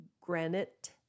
granite